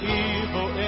evil